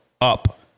up